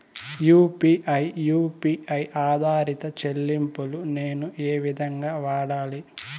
UPI U P I ఆధారిత చెల్లింపులు నేను ఏ విధంగా వాడాలి?